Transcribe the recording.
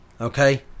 okay